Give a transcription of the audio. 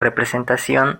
representación